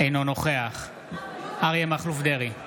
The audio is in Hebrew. אינו נוכח אריה מכלוף דרעי,